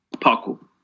Paco